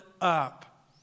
up